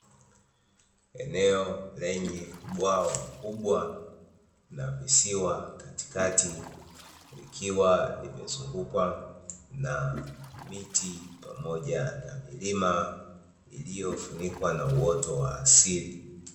Eneo lenye bwawa kubwa na visiwa katikati, vikiwa vimezungukwa na miti pamoja na milima iliyofunikwa na uoto wa asili.